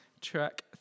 Track